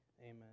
amen